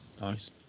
Nice